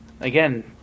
Again